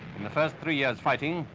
in the first three years fighting,